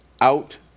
out